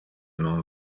non